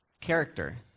character